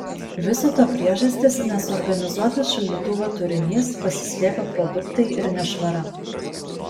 viso to priežastys nesuorganizuotas šaldytuvo turinys pasislėpę produktai ir nešvara